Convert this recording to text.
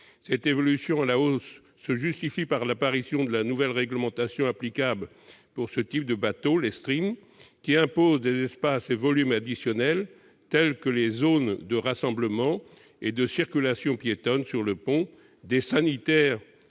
Cette évolution à la hausse se justifie par l'apparition de la nouvelle réglementation applicable pour ce type de bateaux, l'ES-TRIN, qui impose des espaces et volumes additionnels tels que les zones de rassemblement et de circulation piétonne sur le pont, des sanitaires